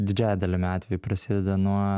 didžiąja dalimi atvejų prasideda nuo